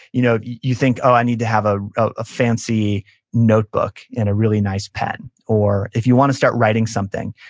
you know you think, oh, i need to have ah a fancy notebook and a really nice pen, or if you want to start writing something,